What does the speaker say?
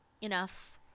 enough